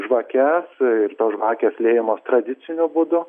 žvakes ir tos žvakės liejamos tradiciniu būdu